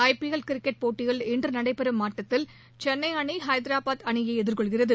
IPL cricket போட்டியில் இன்று நடைபெறும் ஆட்டத்தில் சென்னை அணி ஹைதராபாத் அணியை எதிர்கொள்கிறது